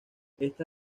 esta